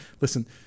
listen